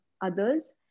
others